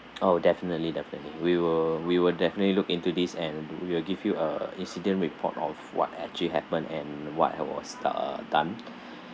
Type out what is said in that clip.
oh definitely definitely we will we will definitely look into this and we'll give you a incident report of what actually happened and what was uh done